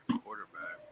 quarterback